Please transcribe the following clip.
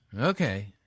Okay